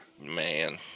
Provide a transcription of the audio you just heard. man